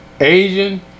Asian